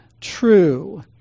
true